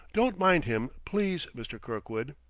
don't mind him, please, mr. kirkwood!